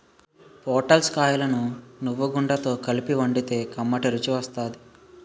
పొటల్స్ కాయలను నువ్వుగుండతో కలిపి వండితే కమ్మటి రుసి వత్తాది